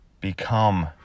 become